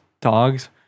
dogs